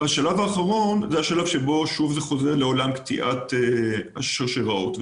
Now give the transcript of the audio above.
השלב האחרון חוזר לעולם קטיעת השרשראות.